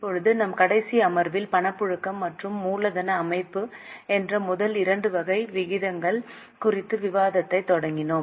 இப்போது நம் கடைசி அமர்வில் பணப்புழக்கம் மற்றும் மூலதன அமைப்பு என்ற முதல் இரண்டு வகை விகிதங்கள் குறித்து விவாதத்தைத் தொடங்கினோம்